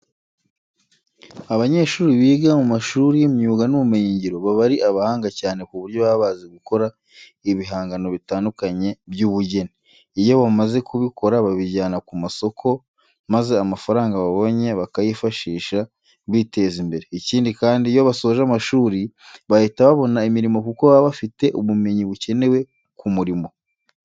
Abanyeshuri biga mu mashuri y'imyuga n'ubumenyingiro baba ari abahanga cyane ku buryo baba bazi gukora ibihangano bitandukanye by'ubugeni. Iyo bamaze kubikora babijyana ku masoko maza amafaranga babonye bakayifashisha biteza imbere. Ikindi kandi, iyo basoje amashuri bahita babona imirimo kuko baba bafite ubumenyi bukenewe ku murimo.